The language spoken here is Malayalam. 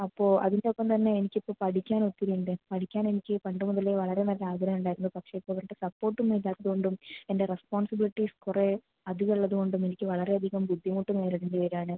അപ്പോൾ അതിന്റൊപ്പം തന്നെ എനിക്കിപ്പം പഠിക്കാൻ ഒത്തിരിയുണ്ട് പഠിക്കാൻ എനിക്ക് പണ്ട് മുതലേ വളരെ നല്ല ആഗ്രഹമുണ്ടായിരുന്നു പക്ഷേ ഇപ്പോൾ ഇവരുടെ സപ്പോർട്ടൊന്നും ഇല്ലാത്തതു കൊണ്ടും എന്റെ റെസ്പോൺസിബിലിറ്റീസ് കുറേ അധികം ഉള്ളത് കൊണ്ടും എനിക്ക് വളരെയധികം ബുദ്ധിമുട്ട് നേരിടേണ്ടി വരുകയാണ്